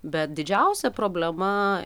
bet didžiausia problema